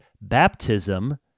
baptism—